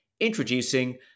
Introducing